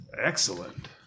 Excellent